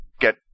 get